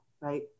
right